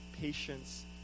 patience